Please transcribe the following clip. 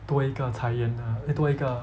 多一个财源 err 多一个